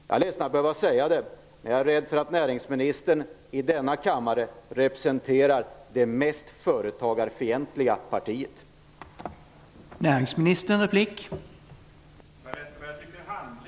Jag är ledsen att behöva säga det, men jag är rädd för att näringsministern representerar det mest företagarfientliga partiet i den här kammaren.